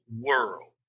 world